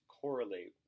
correlate